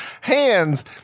hands